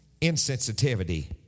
Insensitivity